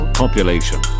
population